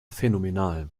phänomenal